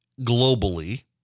globally